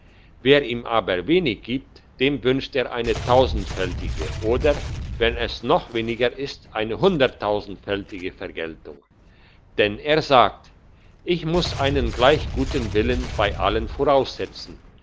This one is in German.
wer ihm aber wenig gibt dem wünscht er eine tausendfältige oder wenn es noch weniger ist eine hunderttausendfältige vergeltung denn er sagt ich muss einen gleich guten willen bei allen voraussetzen